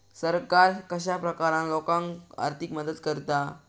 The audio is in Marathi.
सरकार कश्या प्रकारान लोकांक आर्थिक मदत करता?